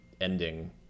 ending